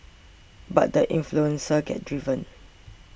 but the influential second driven